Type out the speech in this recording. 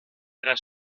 tra